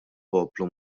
poplu